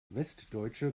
westdeutsche